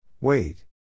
Wait